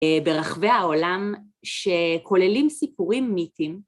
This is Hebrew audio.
‫ברחבי העולם שכוללים סיפורים מיתיים.